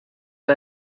who